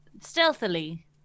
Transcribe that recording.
stealthily